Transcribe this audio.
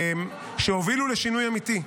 שהובילו לשינוי אמיתי,